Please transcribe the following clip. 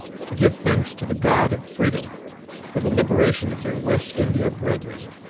to give thanks to the god of freedom for the liberation of their west india brethren,